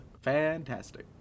fantastic